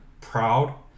proud